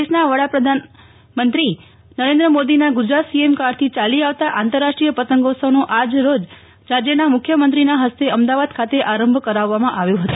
દેશના વર્તમાન પ્રધાનમંત્રીશ્રી નરેન્દ્રભાઈ મોદીના ગુજરાત સીએમકાળથી ચાલી આવતા આંતરરાષ્ટ્રીય પતંગોસ્વનો આજ રો જ રાજયના મુખય મંત્રીના ફસ્તે અમદાવાદ ખાતે આરંભ કરાવવામાં આવ્યો હતો